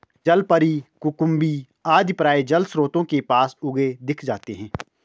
जलपरी, कुकुम्भी आदि प्रायः जलस्रोतों के पास उगे दिख जाते हैं